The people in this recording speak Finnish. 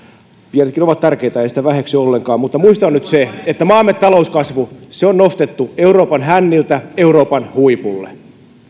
pienetkin ovat tärkeitä en sitä väheksy ollenkaan mutta muistetaan nyt se että maamme talouskasvu on nostettu euroopan hänniltä euroopan huipulle